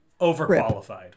overqualified